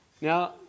Now